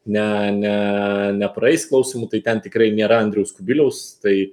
ne ne nepraeis klausymų tai ten tikrai nėra andriaus kubiliaus tai